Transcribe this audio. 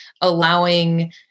allowing